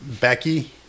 Becky